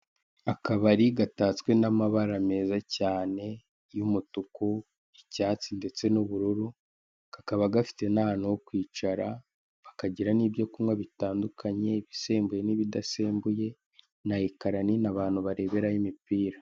Akabari gatatswe n'amabara meza cyane y'umutuku, icyatsi ndetse n'ubururu kakaba gafite n'ahantu ho kwicara bakagira nibyo kunywa bitandukanye ibisembuye n'ibidasembuye na ekara nini abantu bareberaho imipira.